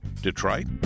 Detroit